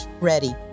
ready